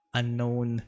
unknown